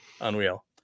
unreal